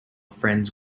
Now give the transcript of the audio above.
friends